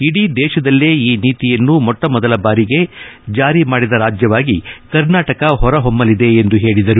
ಇದೀ ದೇಶದಲ್ಲೇ ಈ ನೀತಿಯನ್ನು ಮೊತ್ತ ಮೊದಲಿಗೆ ಜಾರಿ ಮಾದಿದ ರಾಜ್ಯವಾಗಿ ಕರ್ನಾಟಕ ಹೊರಹೊಮ್ಮಲಿದೆ ಎಂದು ಹೇಳಿದರು